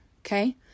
okay